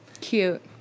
Cute